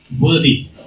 worthy